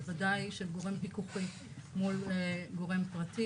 בוודאי של גורם פיקוחי מול גורם פרטי